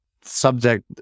subject